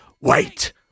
Wait